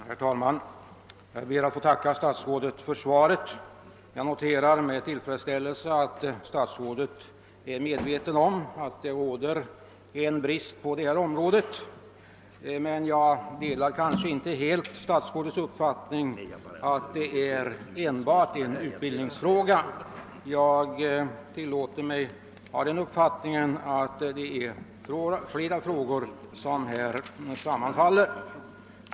Herr talman! Jag ber att få tacka statsrådet för svaret. Jag noterar med tillfredsställelse att statsrådet är medveten om att det råder en brist på detta område, men jag delar inte helt statsrådets uppfattning att det enbart är en utbildningsfråga. Jag tillåter mig ha den uppfattningen att det är flera frågor som här sammanfaller.